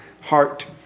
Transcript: heart